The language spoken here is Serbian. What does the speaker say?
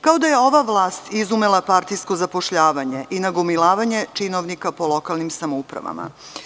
Kao da je ova vlast izumela partijsko zapošljavanje i nagomilavanje činovnika po lokalnim samoupravama.